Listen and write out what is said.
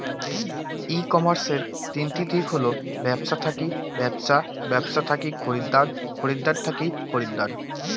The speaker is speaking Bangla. ই কমার্সের তিনটি দিক হল ব্যবছা থাকি ব্যবছা, ব্যবছা থাকি খরিদ্দার, খরিদ্দার থাকি খরিদ্দার